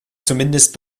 zumindest